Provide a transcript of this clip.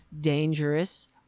dangerous